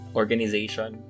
organization